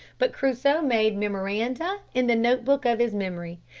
but crusoe made memoranda in the note-book of his memory.